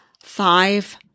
five